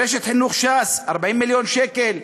רשת חינוך ש"ס, 40 מיליון שקל.